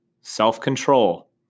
self-control